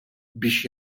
biex